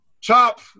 Chop